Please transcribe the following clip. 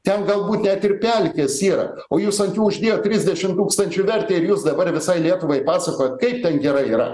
ten galbūt net ir pelkės yra o jūs ant jų uždėjot trisdešim tūkstančių vertę ir jūs dabar visai lietuvai pasakojat kaip ten gerai yra